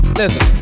listen